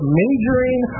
majoring